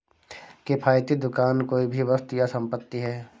किफ़ायती दुकान कोई भी वस्तु या संपत्ति है